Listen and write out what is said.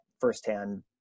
firsthand